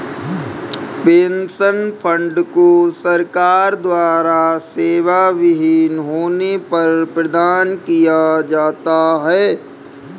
pension fund को सरकार द्वारा सेवाविहीन होने पर प्रदान किया जाता है